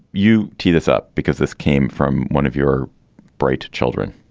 you tie this up because this came from one of your bright children